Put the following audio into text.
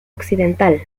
occidental